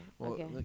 Okay